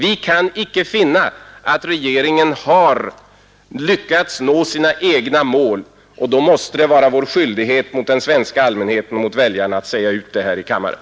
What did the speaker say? Vi kan icke finna att regeringen har lyckats nå sina egna mål, och då måste det vara vår skyldighet mot den svenska allmänheten och mot väljarna att säga ut det här i kammaren.